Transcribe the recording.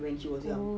oh